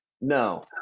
No